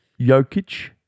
Jokic